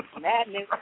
Madness